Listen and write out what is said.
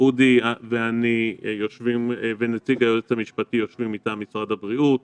אודי ואני ונציג היועץ המשפטי יושבים מטעם משרד הבריאות,